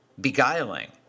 beguiling